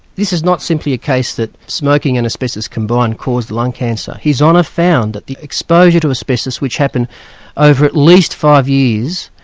this is not simply a case that smoking and asbestos combined caused lung cancer. his honour found that the exposure to asbestos which happened over at least five years,